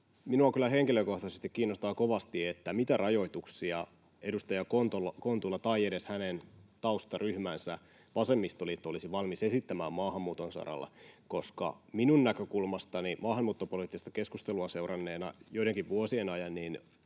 kyllä henkilökohtaisesti kiinnostaa kovasti, mitä rajoituksia edustaja Kontula tai edes hänen taustaryhmänsä vasemmistoliitto olisi valmis esittämään maahanmuuton saralla, koska minun näkökulmastani — maahanmuuttopoliittista keskustelua joidenkin vuosien ajan